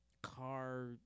car